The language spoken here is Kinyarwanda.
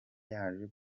yaje